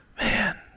Man